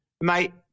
Mate